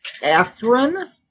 Catherine